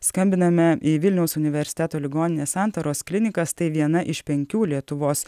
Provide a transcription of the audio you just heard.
skambiname į vilniaus universiteto ligoninės santaros klinikas tai viena iš penkių lietuvos